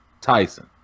Tyson